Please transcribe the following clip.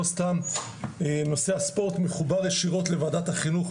לא סתם נושא הספורט מחובר ישירות לוועדת החינוך,